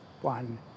one